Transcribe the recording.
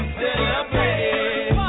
celebrate